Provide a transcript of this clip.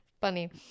Funny